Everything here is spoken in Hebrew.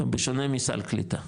בשונה מסל קליטה,